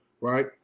right